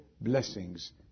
blessings